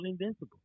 invincible